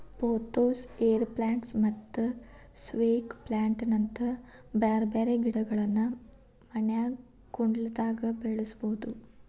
pothos, air plants ಮತ್ತ snake plant ನಂತ ಬ್ಯಾರ್ಬ್ಯಾರೇ ಗಿಡಗಳನ್ನ ಮನ್ಯಾಗ ಕುಂಡ್ಲ್ದಾಗ ಬೆಳಸಬೋದು